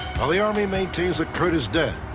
while the army maintains that curt is dead,